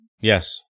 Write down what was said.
Yes